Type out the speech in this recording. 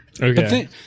Okay